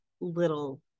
little